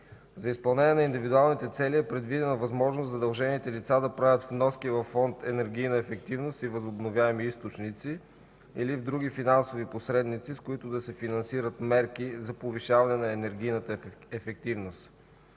За изпълнение на индивидуалните цели е предвидена възможност задължените лица да правят вноски във Фонд „Енергийна ефективност и възобновяеми източници“ или в други финансови посредници, с които да се финансират мерки за повишаване на енергийната ефективност.